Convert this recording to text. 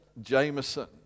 Jameson